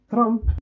Trump